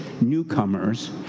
newcomers